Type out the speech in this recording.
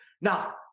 Now